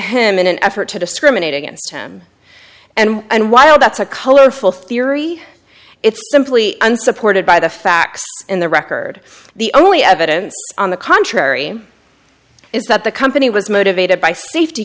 him in an effort to discriminate against him and while that's a colorful theory it's simply unsupported by the facts in the record the only evidence on the contrary is that the company was motivated by safety